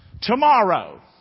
Tomorrow